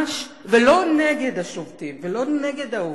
ולא לפעול נגד השובתים ולא לפעול נגד העובדים,